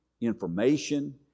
information